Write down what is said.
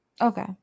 Okay